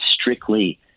strictly